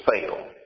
fail